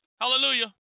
Hallelujah